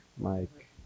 Mike